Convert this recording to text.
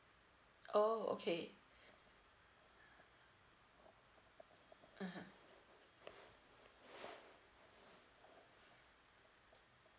oh okay mmhmm